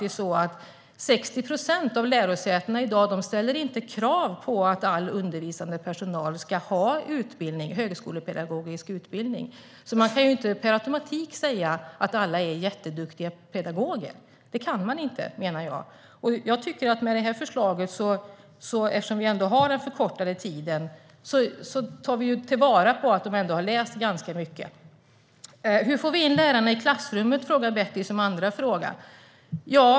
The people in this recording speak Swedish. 60 procent av lärosätena ställer faktiskt inte krav på att all undervisande personal ska ha högskolepedagogisk utbildning. Man kan alltså inte per automatik säga att alla forskarutbildade är jätteduktiga pedagoger. Det kan man inte, menar jag. Genom den förkortade tiden tar vi med det här förslaget ändå vara på att de har läst ganska mycket. Hur får vi in lärarna i klassrummet, frågar Betty Malmberg.